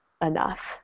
enough